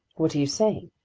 what are you saying?